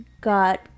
got